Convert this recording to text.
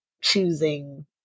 choosing